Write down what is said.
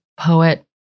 poet